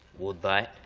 would that,